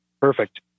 Perfect